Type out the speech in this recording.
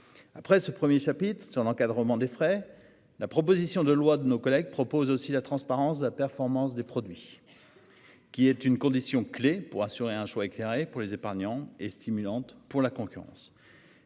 Après ce 1er chapitre sur l'encadrement des frais. La proposition de loi de nos collègues propose aussi la transparence de la performance des produits. Qui est une condition clé pour assurer un choix éclairé pour les épargnants et stimulante pour la concurrence.